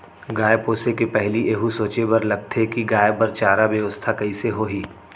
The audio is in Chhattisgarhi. गाय पोसे के पहिली एहू सोचे बर लगथे कि गाय बर चारा बेवस्था कइसे होही